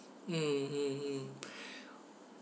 mm mm mm